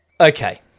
Okay